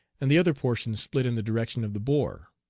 and the other portion split in the direction of the bore.